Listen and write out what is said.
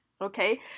okay